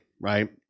right